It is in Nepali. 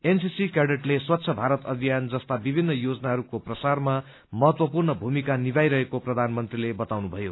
एनससी कैडेट स्वच्छ भारत अभियन जस्तो विभिन्न योजनाहरूको प्रसारमा महत्वपूर्ण धूमिका निर्माईरहेको प्रधानमंत्रीले बताउनुभयो